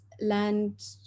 land